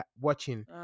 watching